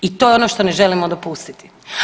I to je ono što ne želimo dopustiti.